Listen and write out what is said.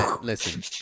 listen